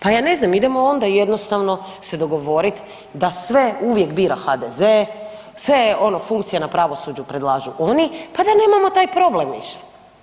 Pa ja ne znam idemo onda jednostavno se dogovoriti da sve uvijek bira HDZ, sve ono funkcije na pravosuđu predlažu oni pa da nemamo taj problem više.